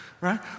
Right